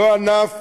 לא ענף